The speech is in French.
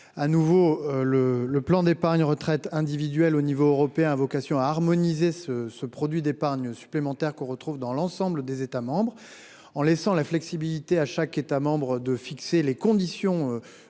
à nouveau le, le plan d'épargne retraite individuelle au niveau européen, a vocation à harmoniser ce ce produit d'épargne supplémentaire qu'on retrouve dans l'ensemble des États en laissant la flexibilité à chaque État membre de fixer les conditions.